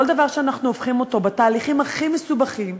כל דבר שאנחנו הופכים אותו בתהליכים הכי מסובכים,